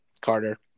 Carter